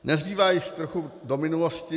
Nezbývá než jít trochu do minulosti.